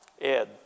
Ed